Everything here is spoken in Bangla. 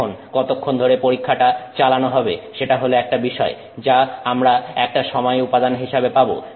এখন কতক্ষন ধরে পরীক্ষাটা চালানো হবে সেটা হলে একটা বিষয় যা আমরা একটা সময় উপাদান হিসেবে পাবো